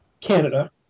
Canada